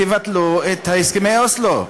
תבטלו את הסכמי אוסלו.